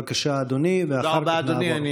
בבקשה, אדוני, ואחר כך נעבור, תודה רבה, אדוני.